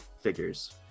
figures